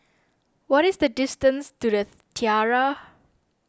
what is the distance to the Tiara